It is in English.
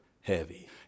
heavy